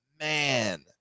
man